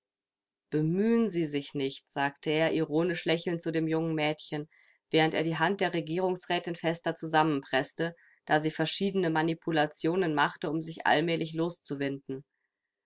bemühen sie sich nicht sagte er ironisch lächelnd zu dem jungen mädchen während er die hand der regierungsrätin fester zusammenpreßte da sie verschiedene manipulationen machte um sich allmählich loszuwinden